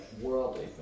worldly